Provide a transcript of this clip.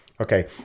Okay